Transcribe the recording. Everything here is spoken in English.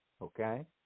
Okay